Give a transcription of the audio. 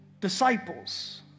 disciples